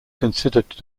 considered